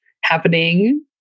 happening